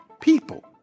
people